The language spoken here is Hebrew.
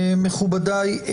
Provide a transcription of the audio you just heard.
מכובדיי,